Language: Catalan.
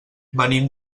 venim